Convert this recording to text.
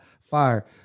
fire